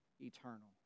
eternal